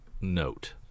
note